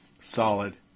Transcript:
solid